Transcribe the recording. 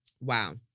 Wow